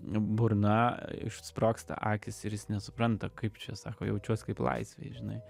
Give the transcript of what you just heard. burna išsprogsta akys ir jis nesupranta kaip čia sako jaučiuosi kaip laisvėje žinai